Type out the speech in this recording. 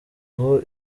aho